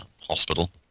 hospital